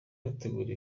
bategura